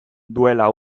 duela